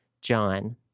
John